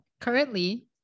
currently